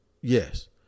yes